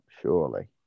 surely